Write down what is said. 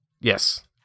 Yes